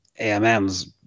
AMMs